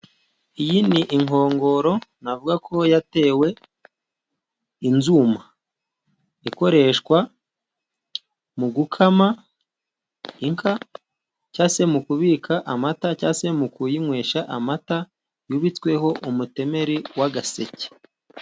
Iyi ni inkongoro navuga ko yatewe inzuma. Ikoreshwa mu gukama inka cyangwa se mu kubika amata, cyangwa se mu kuyinywesha amata. Yubitsweho umutemeri w'agaseke.